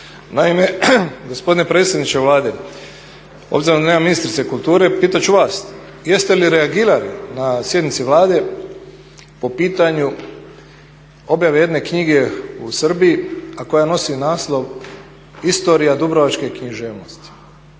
Naime, gospodine predsjedniče Vlade, obzirom da nema ministrice kulture pitat ću vas jeste li reagirali na sjednici Vlade po pitanju objave jedne knjige u Srbiji, a koja nosi naslov "Historija dubrovačke književnosti".